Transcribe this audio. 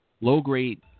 Low-grade